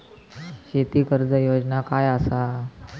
शेती कर्ज योजना काय असा?